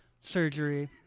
surgery